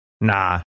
Nah